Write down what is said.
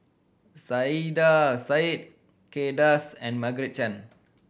Saiedah Said Kay Das and Margaret Chan